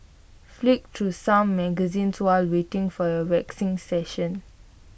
flick through some magazines while waiting for your waxing session